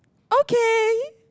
okay